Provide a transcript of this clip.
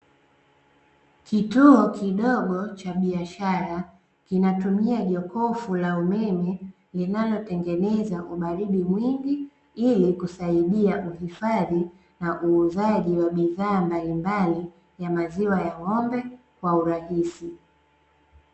Kituo kidogo cha biashara kinatumia jokofu la umeme linalotengeneza ubaridi mwingi ili kusaidia uhifadhi na uuzaji wa bidhaa mbalimbali ya maziwa ya ng'ombe kwa urahisi.